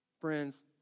Friends